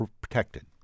protected